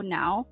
now